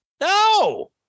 no